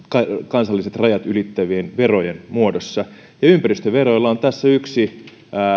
kansalliset rajat ylittävien verojen muodossa ja ympäristöveroilla on tässä yksi